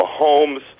Mahomes